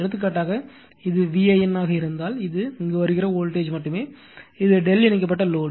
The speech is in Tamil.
எடுத்துக்காட்டாக இது VAN ஆக இருந்தால் இது இங்கு வருகிற வோல்டேஜ் மட்டுமே இது Δ இணைக்கப்பட்ட லோடு